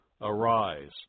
Arise